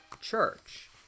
church